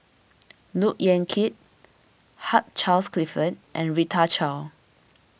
Look Yan Kit Hugh Charles Clifford and Rita Chao